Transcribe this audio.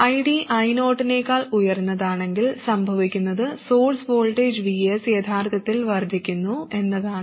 ID I0 നേക്കാൾ ഉയർന്നതാണെങ്കിൽ സംഭവിക്കുന്നത് സോഴ്സ് വോൾട്ടേജ് Vs യഥാർത്ഥത്തിൽ വർദ്ധിക്കുന്നു എന്നതാണ്